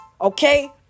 Okay